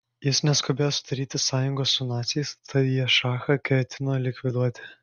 jis neskubėjo sudaryti sąjungos su naciais tad jie šachą ketino likviduoti